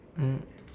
mm